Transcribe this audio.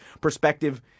perspective